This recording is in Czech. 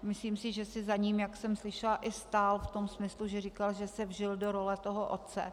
Myslím si, že si za ním, jak jsem slyšela, i stál v tom smyslu, že říkal, že se vžil do role toho otce.